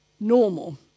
normal